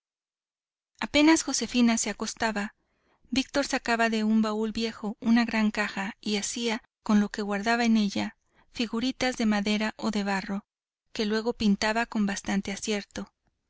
apenas josefina se acostaba víctor sacaba de un baúl viejo una gran caja y hacía con lo que guardaba en ella figuritas de madera o de barro que luego pintaba con bastante acierto